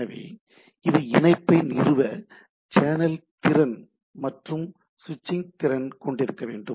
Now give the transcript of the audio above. எனவே இது இணைப்பை நிறுவ சேனல் திறன் மற்றும் சுவிட்சிங் திறன் கொண்டிருக்க வேண்டும்